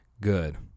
good